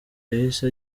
yahise